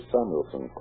Samuelson